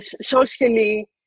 socially